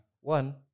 One